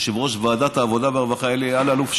ליושב-ראש ועדת העבודה והרווחה אלי אלאלוף,